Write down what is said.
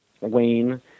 Wayne